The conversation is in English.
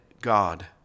God